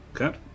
Okay